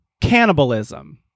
cannibalism